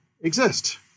exist